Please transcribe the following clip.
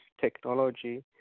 technology